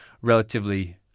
relatively